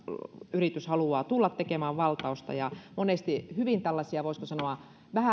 kaivosyritys haluaa tulla tekemään valtausta ja monesti hyvin tällaisia voisiko sanoa